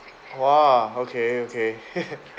!wah! okay okay